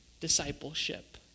discipleship